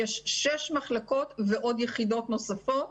יש שש מחלקות ועוד יחידות נוספות,